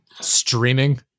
Streaming